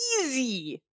easy